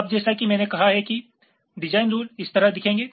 अब जैसा कि मैंने कहा है कि डिजाइन रूल इस तरह दिखेंगे